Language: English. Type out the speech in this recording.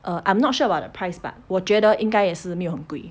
um I'm not sure about the price but 我觉得应该也是没有很贵